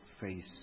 face